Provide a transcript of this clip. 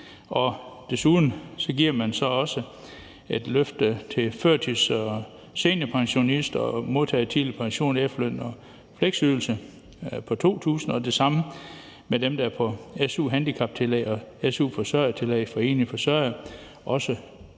Desuden giver man så også et løft til førtids- og seniorpensionister, modtagere af tidlig pension, efterløn og fleksydelse på 2.000 kr., og det samme gælder dem, der er på su-handicaptillæg og su-forsørgertillæg for enlige forsørgere, også